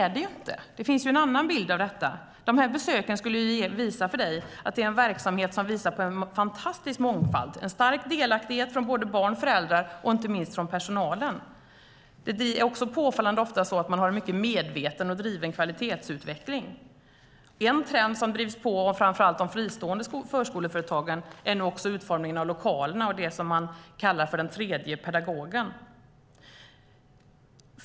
Men det finns en annan bild. De här besöken skulle visa för henne att det är en verksamhet som visar på en fantastisk mångfald, en stark delaktighet från barn, föräldrar och inte minst från personalen. Påfallande ofta har man en mycket medveten och driven kvalitetsutveckling. En trend som drivs på, framför allt av de fristående förskoleföretagen, är utformningen av lokalerna, det som man kallar den tredje pedagogen.